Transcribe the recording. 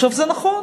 זה נכון,